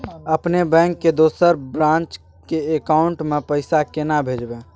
अपने बैंक के दोसर ब्रांच के अकाउंट म पैसा केना भेजबै?